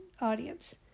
audience